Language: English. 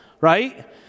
right